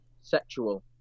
Sexual